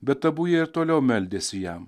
bet abu jie ir toliau meldėsi jam